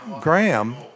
Graham